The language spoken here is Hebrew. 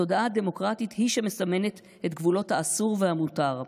התודעה הדמוקרטית היא שמסמנת את גבולות האסור והמותר,